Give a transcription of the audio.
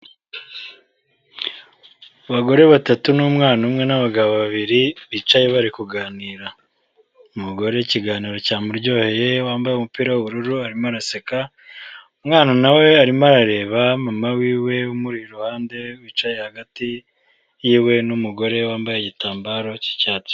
Abagore batatu n'umwana umwe n'abagabo babiri, bicaye bari kuganira. Umugore ikiganiro cyamuryoheye, wambaye umupira w'ubururu arimo araseka, umwana nawe arimo arareba mama wiwe umuri iruhande wicaye hagati yiwe n'umugore wambaye igitambaro cy'icyatsi.